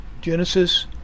Genesis